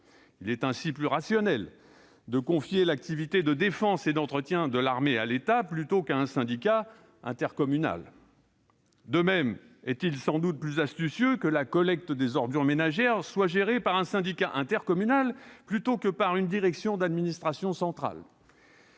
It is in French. Il est ainsi plus rationnel de confier l'activité de défense et d'entretien de l'armée à l'État plutôt qu'à un syndicat intercommunal. De même est-il sans doute plus astucieux que la collecte des ordures ménagères soit gérée par un syndicat intercommunal plutôt que par une direction d'administration centrale.